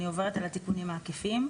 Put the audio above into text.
אני עוברת על התיקונים העקיפים: